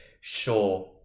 sure